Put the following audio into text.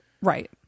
Right